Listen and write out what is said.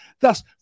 thus